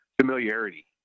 familiarity